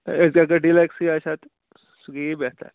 اگر ڈِیکا ڈلکسٕے آسہِ ہا تہٕ سُہ گٔیے بہتر